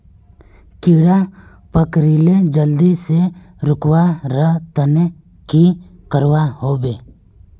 कीड़ा पकरिले जल्दी से रुकवा र तने की करवा होबे?